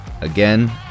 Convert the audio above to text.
Again